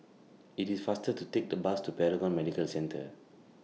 IT IS faster to Take The Bus to Paragon Medical Centre